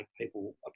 people